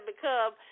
become